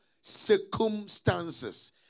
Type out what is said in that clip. circumstances